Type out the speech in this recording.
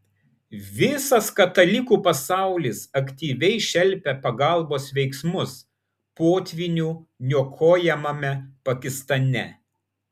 visas katalikų pasaulis aktyviai šelpia pagalbos veiksmus potvynių niokojamame pakistane